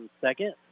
second